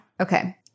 Okay